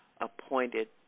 appointed